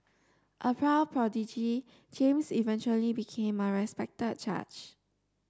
a prodigy James eventually became a respected judge